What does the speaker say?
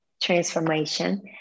transformation